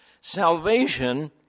Salvation